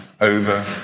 over